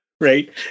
Right